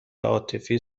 عاطفی